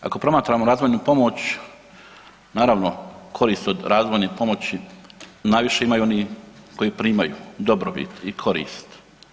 Ako promatramo razvojnu pomoć naravno korist od razvoje pomoći najviše imaju oni koji primaju dobrobit i korist.